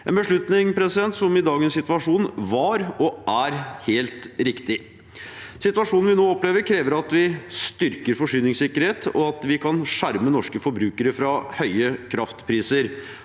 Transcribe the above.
en beslutning som i dagens situasjon var og er helt riktig. Situasjonen vi nå opplever, krever at vi styrker forsyningssikkerheten, og at vi kan skjerme norske forbrukere fra høye kraftpriser.